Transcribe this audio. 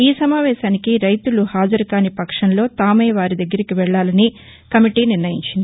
ఈ సమావేశానికి రైతులు హాజరుకాని పక్షంలో తామే వారి దగ్గరికి వెళ్లాలని కమిటీ నిర్ణయించింది